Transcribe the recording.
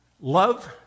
Love